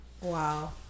Wow